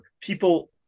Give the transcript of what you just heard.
people